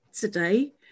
Today